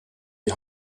die